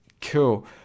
cool